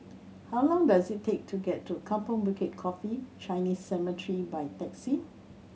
how long does it take to get to Kampong Bukit Coffee Chinese Cemetery by taxi